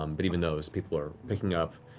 um but even those, people are picking up,